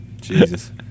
jesus